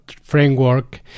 framework